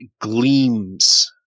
gleams